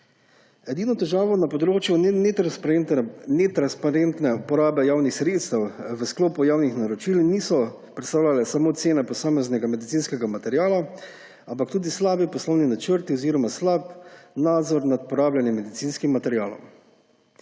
Edine težave na področju netransparentne porabe javnih sredstev v sklopu javnih naročil niso predstavljale samo cene posameznega medicinskega materiala, ampak tudi slabi poslovni načrti oziroma slab nadzor nad porabljenim medicinskim materialom.